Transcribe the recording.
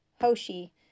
Hoshi